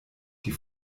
die